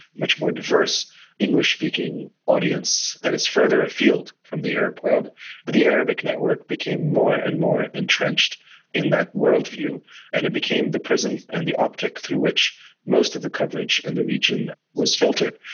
much more diverse english-speaking audience that is further afield from the arab world, but the arabic network became more and more entrenched in that world view and it became the prism and the optic through which most of the coverage in the region was filtered.